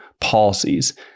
policies